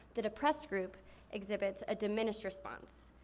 the depressed group exhibits a diminished response,